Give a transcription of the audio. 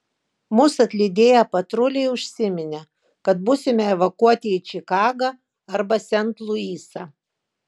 mus atlydėję patruliai užsiminė kad būsime evakuoti į čikagą arba sent luisą